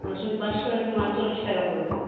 রসুন পাঁচশো তোমার চল্লিশ টাকা পড়বে